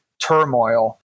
turmoil